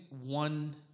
one